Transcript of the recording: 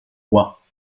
roi